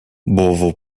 bovo